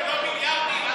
כן.